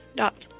dot